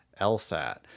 LSAT